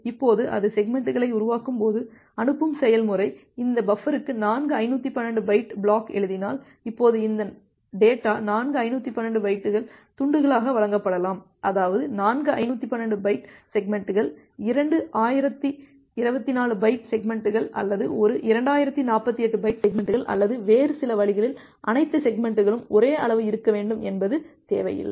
இப்போது அது செக்மெண்ட்களை உருவாக்கும் போது அனுப்பும் செயல்முறை இந்த பஃபருக்கு நான்கு 512 பைட்டு பளாக் எழுதினால் இப்போது இந்த டேட்டா நான்கு 512 பைட்டுகள் துண்டுகளாக வழங்கப்படலாம் அதாவது நான்கு 512 பைட்டு செக்மெண்ட்கள் இரண்டு 1024 பைட்டு செக்மெண்ட்கள் அல்லது ஒரு 2048 பைட் செக்மெண்ட்கள் அல்லது வேறு சில வழிகளில் அனைத்து செக்மெண்ட்களும் ஒரே அளவு இருக்க வேண்டும் என்பது தேவையில்லை